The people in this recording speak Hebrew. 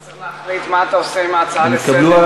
אתה צריך להכריז מה אתה עושה עם ההצעה לסדר-היום.